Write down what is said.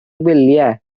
wyliau